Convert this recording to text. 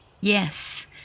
Yes